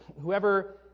whoever